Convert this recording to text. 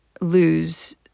lose